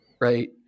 Right